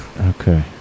okay